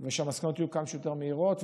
ושהמסקנות יהיו כמה שיותר מהירות,